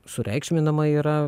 sureikšminama yra